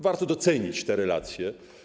Warto docenić te relacje.